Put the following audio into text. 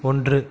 ஒன்று